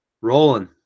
rolling